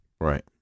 Right